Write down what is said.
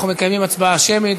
אנחנו מקיימים הצבעה שמית.